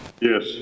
yes